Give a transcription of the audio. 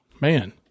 Man